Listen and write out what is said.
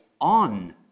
on